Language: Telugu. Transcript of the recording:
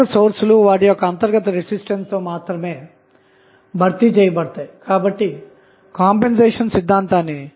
కాబట్టి మనము ఏమి చేద్దాము